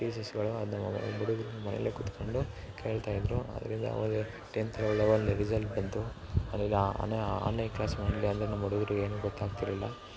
ಟೀಚರ್ಸುಗಳು ಅದನ್ನ ನಮ್ಮ ಹುಡುಗ್ರು ಮನೆಯಲ್ಲೇ ಕುತ್ಕೊಂಡು ಕೇಳ್ತಾಯಿದ್ದರು ಅದರಿಂದ ಅವ್ರಿಗೆ ಟೆಂತಲ್ಲಿ ಒಳ್ಳೆಯ ರಿಸೆಲ್ಟ್ ಬಂತು ಅದರಿಂದ ಆನ್ಲೈನ್ ಕ್ಲಾಸ್ ಮಾಡಿಲ್ಲ ಅಂದರೆ ನಮ್ಮ ಹುಡ್ಗುರಿಗೆ ಏನು ಗೊತ್ತಾಗ್ತಿರಲಿಲ್ಲ